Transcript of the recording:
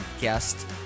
guest